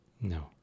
No